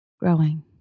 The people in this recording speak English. growing